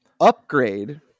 upgrade